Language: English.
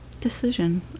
decision